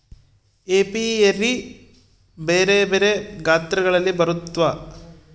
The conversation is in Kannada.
ಏಪಿಯರಿ ಬೆರೆ ಬೆರೆ ಗಾತ್ರಗಳಲ್ಲಿ ಬರುತ್ವ